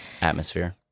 Atmosphere